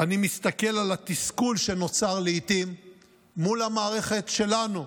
אני מסתכל על התסכול שנוצר לעיתים מול המערכת שלנו,